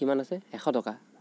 কিমান আছে এশ টকা